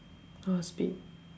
ah speed